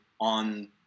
on